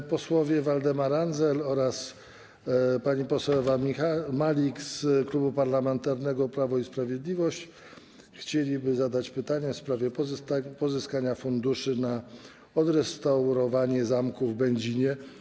Pan poseł Waldemar Andzel oraz pani poseł Ewa Malik z Klubu Parlamentarnego Prawo i Sprawiedliwość chcieliby zadać pytanie w sprawie pozyskania funduszy na odrestaurowanie zamku w Będzinie.